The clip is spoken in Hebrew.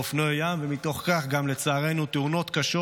ובאופנועי ים, ומתוך כך גם לצערנו תאונות קשות,